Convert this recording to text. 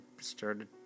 started